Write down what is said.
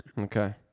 Okay